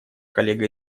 коллега